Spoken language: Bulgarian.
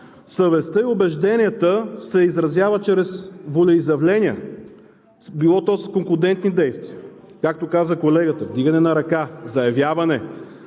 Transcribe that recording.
Съвестта и убежденията се изразяват чрез волеизявления, било то с конклудентни действия, както каза колегата: вдигане на ръка, заявяване